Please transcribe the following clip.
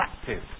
active